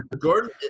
Gordon